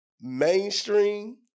mainstream